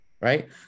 right